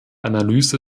analyse